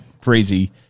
crazy